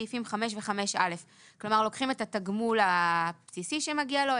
סעיפים 5 ו-5א." כלומר לוקחים את התגמול הבסיסי שמגיע לו,